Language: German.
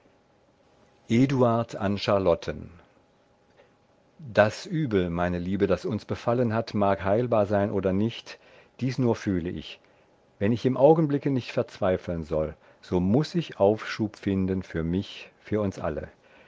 eduard an charlotten das übel meine liebe das uns befallen hat mag heilbar sein oder nicht dies nur fühle ich wenn ich im augenblicke nicht verzweifeln soll so muß ich aufschub finden für mich für uns alle